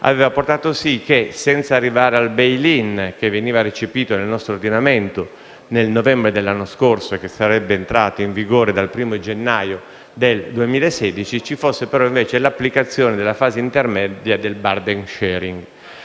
aveva fatto sì che, senza arrivare al *bail in*, che veniva recepito nel nostro ordinamento nel novembre dell'anno scorso e che sarebbe entrato in vigore dal primo gennaio del 2016, ci fosse l'applicazione della fase intermedia del *burden sharing*.